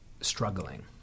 struggling